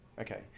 Okay